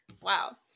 Wow